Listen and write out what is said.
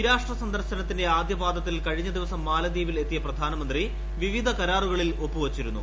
ദിരാഷ്ട്ര സന്ദർശനത്തിന്റെ ആദ്യ പാദത്തിൽ കഴിഞ്ഞ ദിവസം മാലദ്വീപിൽ എത്തിയ പ്രധാനമന്ത്രി നരേന്ദ്രിമ്മോദി വിവിധ കരാറുകളിൽ ഒപ്പുവച്ചിരുന്നു